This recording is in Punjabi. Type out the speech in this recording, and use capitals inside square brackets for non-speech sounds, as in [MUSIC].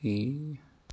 [UNINTELLIGIBLE]